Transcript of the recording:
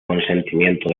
consentimiento